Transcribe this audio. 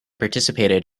participated